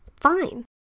Fine